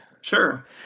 Sure